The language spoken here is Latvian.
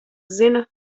zina